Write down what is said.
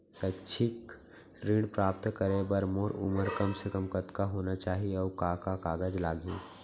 शैक्षिक ऋण प्राप्त करे बर मोर उमर कम से कम कतका होना चाहि, अऊ का का कागज लागही?